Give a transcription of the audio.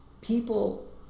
people